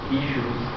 issues